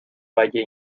valle